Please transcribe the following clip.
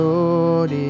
Lord